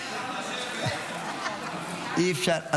אי-אפשר.